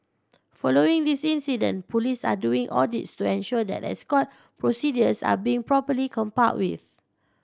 following the this incident police are doing audits to ensure that escort procedures are being properly complied with